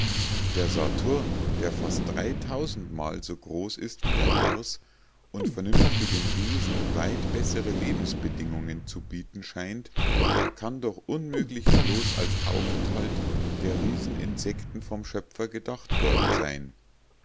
der saturn der fast mal so groß ist wie der mars und vernünftigen wesen weit bessere lebensbedingungen zu bieten scheint kann doch unmöglich bloß als aufenthalt der rieseninsekten vom schöpfer gedacht worden sein